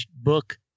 book